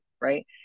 Right